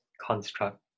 construct